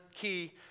Key